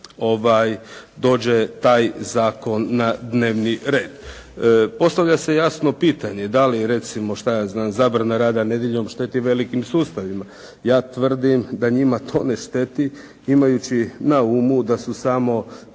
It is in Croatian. dođe taj zakon na dnevni red. Postavlja se jasno pitanje da li, recimo što je znam zabrana rada nedjeljom šteti velikim sustavima? Ja tvrdim da njima to ne šteti imajući na umu da su samo